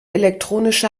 elektronische